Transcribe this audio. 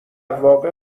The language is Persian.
واقع